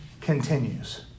continues